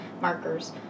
markers